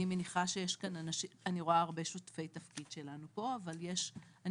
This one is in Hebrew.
אני רואה כאן הרבה שותפי תפקיד שלנו פה אבל אני